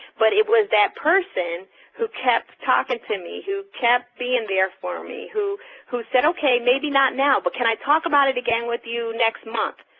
but it was that person who kept talking to me, who kept being there for me, who who said okay, maybe not now, but can i talk about it again with you next month,